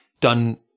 done